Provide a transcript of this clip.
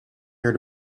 here